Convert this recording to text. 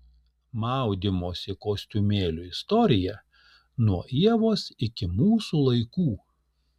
maudymosi kostiumėlių istorija nuo ievos iki mūsų laikų